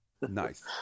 Nice